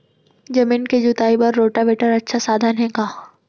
जमीन के जुताई बर रोटोवेटर अच्छा साधन हे का?